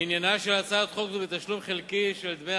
עניינה של הצעת חוק זו בתשלום חלקי של דמי